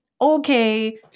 okay